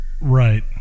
Right